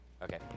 Okay